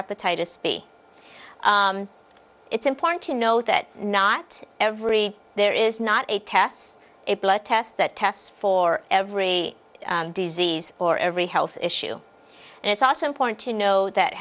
hepatitis b it's important to know that not every there is not a tests a blood test that tests for every disease or every health issue and it's also important to know that